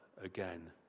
again